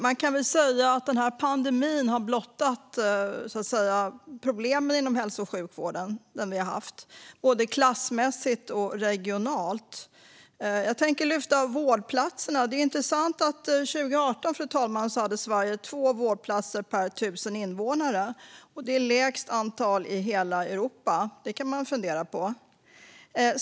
Man kan väl säga att pandemin har blottat de problem vi har haft i hälso och sjukvården, både klassmässigt och regionalt. Jag tänkte lyfta detta med vårdplatser. Det är intressant att Sverige år 2018 hade 2 vårdplatser per 1 000 invånare, fru talman. Det är det lägsta antalet i hela Europa, vilket man kan fundera på.